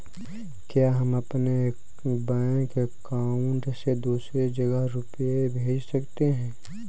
क्या हम अपने बैंक अकाउंट से दूसरी जगह रुपये भेज सकते हैं?